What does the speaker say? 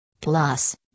Plus